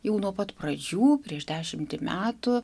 jau nuo pat pradžių prieš dešimtį metų